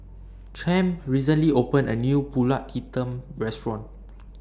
Champ recently opened A New Pulut Hitam Restaurant